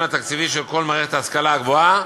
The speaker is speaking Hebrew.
התקציבי של כל מערכת ההשכלה הגבוהה,